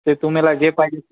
ते तुम्हाला पाहिजे